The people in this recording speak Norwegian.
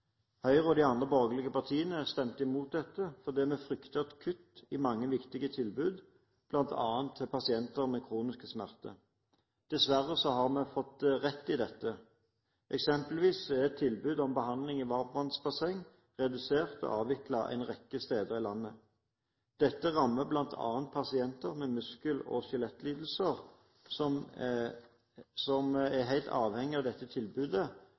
Høyre og de andre borgerlige partiene stemte mot dette, fordi vi fryktet et kutt i mange viktige tilbud, bl.a. til pasienter med kroniske smerter. Dessverre har vi fått rett i dette. Eksempelvis er et tilbud om behandling i varmtvannsbasseng redusert eller avviklet en rekke steder i landet. Dette rammer bl.a. pasienter med muskel- og skjelettlidelser som er helt avhengige av dette tilbudet